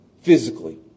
Physically